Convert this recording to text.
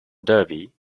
derby